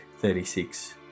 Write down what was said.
36